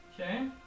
Okay